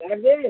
हून मन्ने